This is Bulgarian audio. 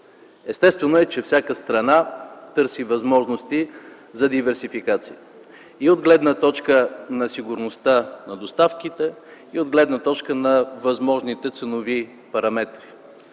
Естествено е, че всяка страна търси възможности за диверсификация и от гледна точка на сигурността на доставките, и от гледна точка на възможните ценови параметри.